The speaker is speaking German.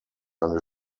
eine